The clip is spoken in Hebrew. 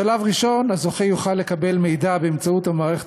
בשלב ראשון הזוכה יוכל לקבל מידע באמצעות המערכת